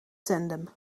tandem